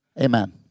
Amen